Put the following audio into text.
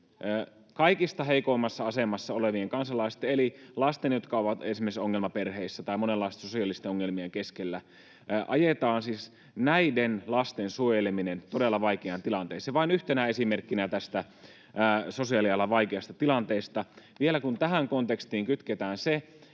kaikista heikoimmassa asemassa olevien kansalaisten eli lasten, jotka ovat esimerkiksi ongelmaperheissä tai monenlaisten sosiaalisten ongelmien keskellä, suojeleminen ajetaan todella vaikeaan tilanteeseen — vain yhtenä esimerkkinä tästä sosiaalialan vaikeasta tilanteesta — niin kyllähän tämä, että